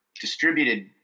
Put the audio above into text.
distributed